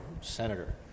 senator